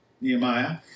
Nehemiah